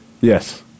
Yes